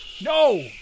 No